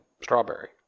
strawberry